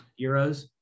euros